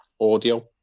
audio